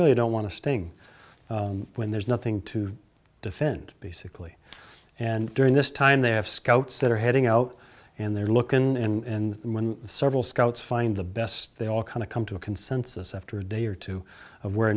really don't want to staying when there's nothing to defend basically and during this time they have scouts that are heading out and they're looking in several scouts find the best they all kind of come to a consensus after a day or two of where